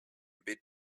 bit